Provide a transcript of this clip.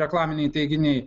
reklaminiai teiginiai